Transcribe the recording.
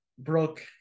Brooke